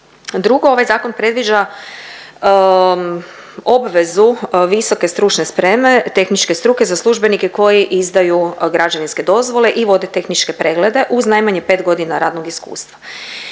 Drugo, ovaj zakon predviđa obvezu visoke stručne spreme tehničke struke za službenike koji izdaju građevinske dozvole i vode tehničke preglede uz najmanje pet godina radnog iskustva.